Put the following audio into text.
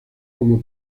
como